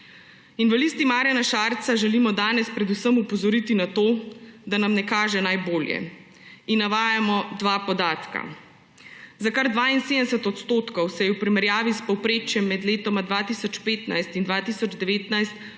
V Listi Marjana Šarca želimo danes predvsem opozoriti na to, da nam ne kaže najbolje, in navajamo dva podatka. Za kar 72 % se je v primerjavi s povprečjem med letoma 2015 in 2019